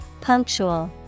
Punctual